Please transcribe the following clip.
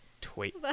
Tweet